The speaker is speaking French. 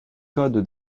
code